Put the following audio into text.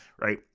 right